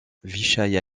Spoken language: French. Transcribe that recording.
vyschaïa